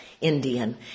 Indian